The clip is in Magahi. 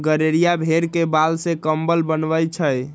गड़ेरिया भेड़ के बाल से कम्बल बनबई छई